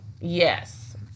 Yes